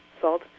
salt